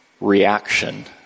reaction